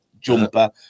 jumper